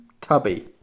tubby